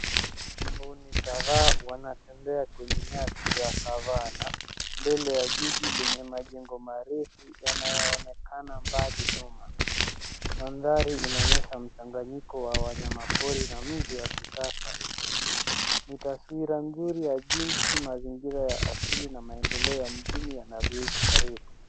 Mbuni kadhaa wanatembea kwenye nyasi za savannah , mbele ya jiji lenye majengo marefu yanayoonekana mbali nyuma. Mandhari inaonyesha mchanganyiko wa wanyamapori na mji wa kisasa. Ni taswira nzuri ya jinsi mazingira ya asili na maendeleo ya mjini yanavyoishi karibu.